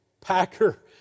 Packer